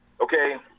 Okay